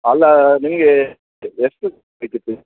ಅಲ್ಲಾ ನಿಮಗೆ ಎಷ್ಟು ಎಷ್ಟು ಬೇಕಿತ್ತು